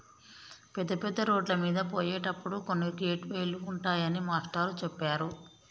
పెద్ద పెద్ద రోడ్లమీద పోయేటప్పుడు కొన్ని గేట్ వే లు ఉంటాయని మాస్టారు చెప్పారు